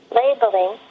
labeling